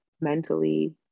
mentally